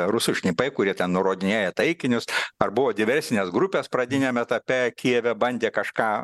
rusų šnipai kurie ten nurodinėja taikinius ar buvo diversinės grupės pradiniam etape kijeve bandė kažką